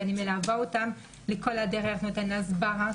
ואני מלווה אותם לאורך כל הדרך ונותנת הסברה,